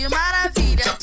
maravilha